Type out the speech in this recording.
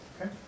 Okay